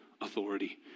authority